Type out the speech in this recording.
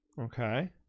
Okay